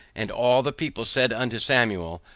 and all the people said unto samuel,